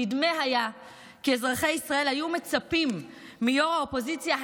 נדמה היה כי אזרחי ישראל היו מצפים מראש האופוזיציה,